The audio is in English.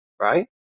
right